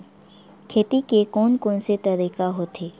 खेती के कोन कोन से तरीका होथे?